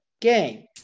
game